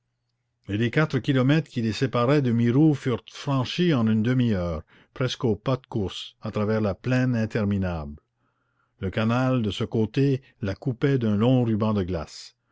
et les quatre kilomètres qui les séparaient de mirou furent franchis en une demi-heure presque au pas de course à travers la plaine interminable le canal de ce côté la coupait d'un long ruban de glace